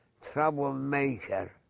troublemaker